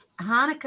Hanukkah